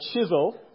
chisel